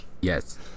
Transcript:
Yes